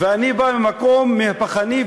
אני בא ממקום מהפכני,